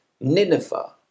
Nineveh